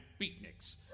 beatniks